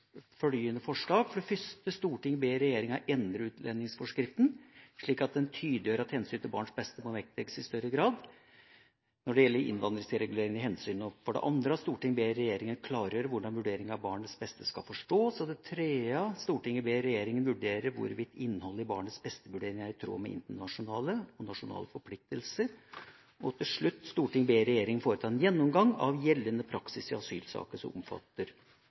følgende forslag: For det første at Stortinget ber regjeringa endre utlendingsforskriften slik at den tydeliggjør at hensynet til barnets beste må vektlegges i større grad når det gjelder innvandringsregulerende hensyn, for det andre at Stortinget ber regjeringa klargjøre hvordan vurderinga av barnets beste skal foretas, for det tredje at Stortinget ber regjeringa vurdere hvorvidt innholdet i barnets-beste-vurderinga er i tråd med internasjonale og nasjonale forpliktelser, og til slutt at Stortinget ber regjeringa foreta en gjennomgang av gjeldende praksis i asylsaker som omfatter